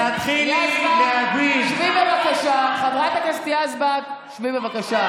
תתחילי להבין חברת הכנסת יזבק, שבי, בבקשה.